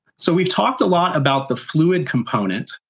so we've talked a lot about the fluid component.